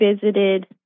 visited